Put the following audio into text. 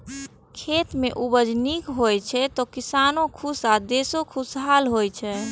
खेत मे उपज नीक होइ छै, तो किसानो खुश आ देशो खुशहाल होइ छै